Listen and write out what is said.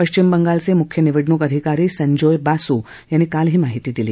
पश्विम बंगालचे मुख्य निवडणूक अधिकारी संजोय बासू यांनी काल ही माहिती दिली